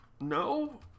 no